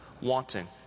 wanting